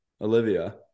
Olivia